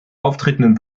auftretenden